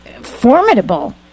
formidable